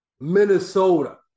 Minnesota